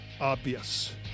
Obvious